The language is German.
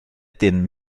den